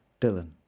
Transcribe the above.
Dylan